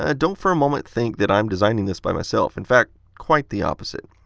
ah don't for a moment think that i'm designing this by myself. in fact, quite the opposite.